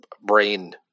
brain